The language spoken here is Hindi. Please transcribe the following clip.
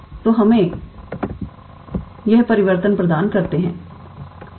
तो हमें यह परिवर्तन प्रदान करते हैं